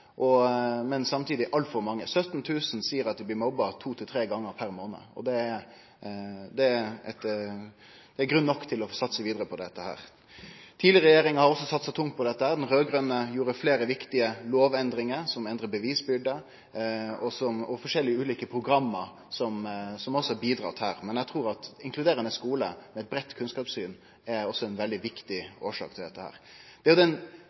men samtidig altfor mykje. 17 000 seier at dei blir mobba to til tre gongar per månad. Det er grunn nok til å satse vidare på dette. Tidlegare regjeringar har også satsa tungt på dette. Den raud-grøne regjeringa gjorde fleire viktige lovendringar, som å endre bevisbyrde, og kom med ulike program som også har bidratt her. Men eg trur at ein inkluderande skule med eit breitt kunnskapssyn også er ei veldig viktig årsak til dette. Det er den kvardagsjobben som må gjerast, som er det viktige. Ei gruppe som ofte blir gløymd, er